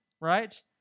right